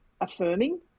affirming